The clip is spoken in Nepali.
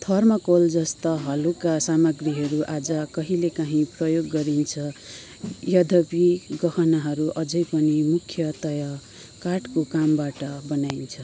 थर्माकोल जस्ता हलुका सामग्रीहरू आज कहिलेकाहीँ प्रयोग गरिन्छ यद्यपि गहनाहरू अझै पनि मुख्यतया काठको कामबाट बनाइन्छ